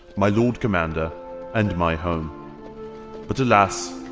my lord commander and my home but alas,